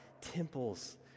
temples